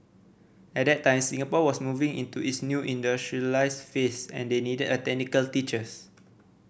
at that time Singapore was moving into its new industrialised phase and they needed technical teachers